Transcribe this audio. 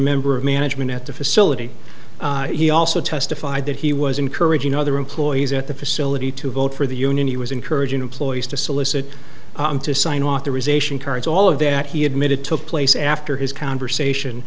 member of management at the facility he also testified that he was encouraging other employees at the facility to vote for the union he was encouraging employees to solicit him to sign authorization cards all of that he admitted took place after his conversation